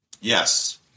Yes